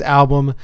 album